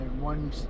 one